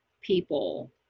people